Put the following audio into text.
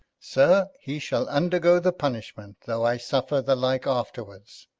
sir, he shall undergo the punishment, tho' i suffer the like afterwards.